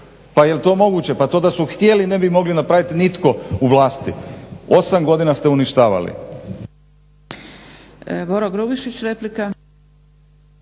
Pa jel' to moguće? Pa to da smo htjeli ne bi mogli napraviti nitko u vlasti. Osam godina ste uništavali.